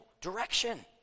direction